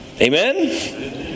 Amen